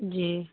جی